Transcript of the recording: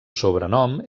sobrenom